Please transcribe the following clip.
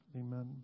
amen